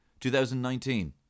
2019